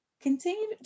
Continue